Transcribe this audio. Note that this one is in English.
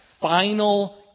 final